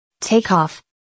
Takeoff